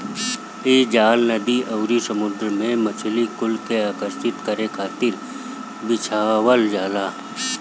इ जाल नदी अउरी समुंदर में मछरी कुल के आकर्षित करे खातिर बिछावल जाला